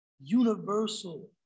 universal